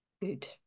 Good